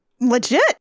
Legit